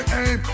aim